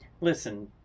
Listen